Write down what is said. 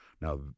Now